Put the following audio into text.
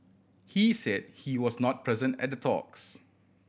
he said he was not present at the talks